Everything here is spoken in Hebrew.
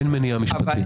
אין מניעה משפטית.